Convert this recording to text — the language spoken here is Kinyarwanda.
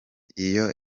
iyo